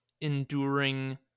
enduring